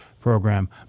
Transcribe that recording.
program